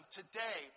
today